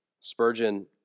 Spurgeon